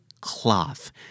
cloth